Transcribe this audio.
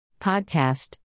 Podcast